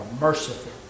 merciful